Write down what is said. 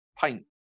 paint